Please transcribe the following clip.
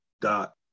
dot